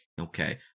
Okay